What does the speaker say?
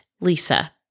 Lisa